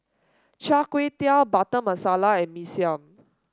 Char Kway Teow Butter Masala and Mee Siam